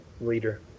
leader